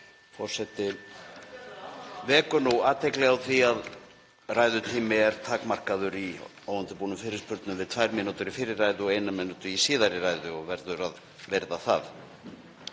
Forseti vekur athygli á því að ræðutími er takmarkaður í óundirbúnum fyrirspurnum við tvær mínútur í fyrri ræðu og eina mínútu í síðari ræðu og verður að virða það.)